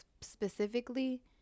specifically